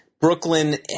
Brooklyn